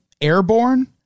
airborne